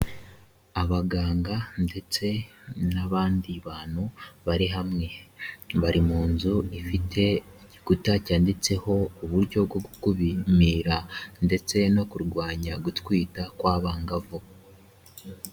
Abaganga ndetse n'abandi bantu bari hamwe, bari mu nzu ifite igikuta cyanditseho uburyo bwo gukubimira ndetse no kurwanya gutwita kw'abangavu.